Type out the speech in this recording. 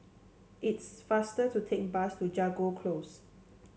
it's faster to take bus to Jago Close